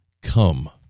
Come